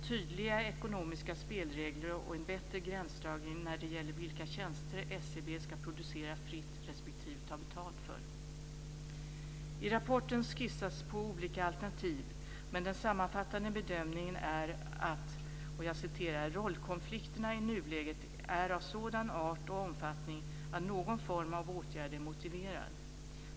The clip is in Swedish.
· Tydliga ekonomiska spelregler och en bättre gränsdragning när det gäller vilka tjänster SCB ska producera fritt respektive ta betalat för. I rapporten skissas på olika alternativ, men den sammanfattande bedömningen är att "rollkonflikterna i nuläget är av sådan art och omfattning att någon form av åtgärd är motiverad".